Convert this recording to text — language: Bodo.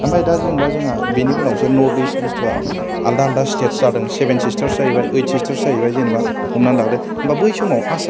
आमफाय दा जेनावबा जोंहा बेनि उनावसो नर्तडिइस बुसथुया आलदा आलदा सिथेतस जादों सेभेन सिस्थारस जाहैबाय ओइड सिस्थारस जाहैबाय जेनावबा हमनानै लादो होमबा बै समाव आसामाव